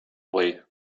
way